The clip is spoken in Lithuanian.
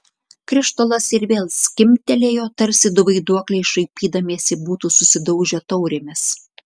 krištolas ir vėl skimbtelėjo tarsi du vaiduokliai šaipydamiesi būtų susidaužę taurėmis